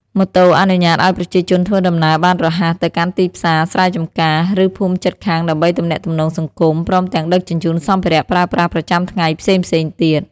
ម៉ូតូអនុញ្ញាតឱ្យប្រជាជនធ្វើដំណើរបានរហ័សទៅកាន់ទីផ្សារ ស្រែចម្ការ ឬភូមិជិតខាងដើម្បីទំនាក់ទំនងសង្គម ព្រមទាំងដឹកជញ្ជូនសម្ភារៈប្រើប្រាស់ប្រចាំថ្ងៃផ្សេងៗទៀត។